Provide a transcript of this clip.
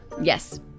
Yes